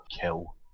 kill